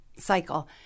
cycle